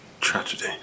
tragedy